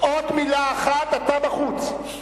עוד מלה אחת ואתה בחוץ.